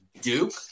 Duke